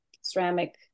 ceramic